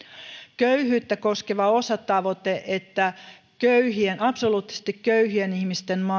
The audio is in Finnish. köyhyyttä koskeva osatavoite että absoluuttisesti köyhien ihmisten